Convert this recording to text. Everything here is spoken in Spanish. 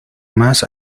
más